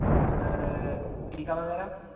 और सर टीका वगैरह